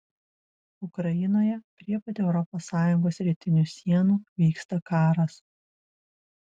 ukrainoje prie pat europos sąjungos rytinių sienų vyksta karas